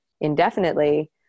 indefinitely